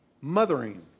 mothering